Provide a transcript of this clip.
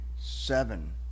Seven